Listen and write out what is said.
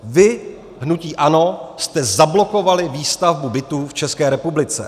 Vy, hnutí ANO, jste zablokovali výstavbu bytů v České republice.